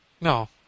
No